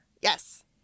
Yes